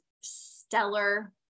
stellar